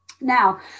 Now